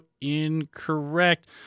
incorrect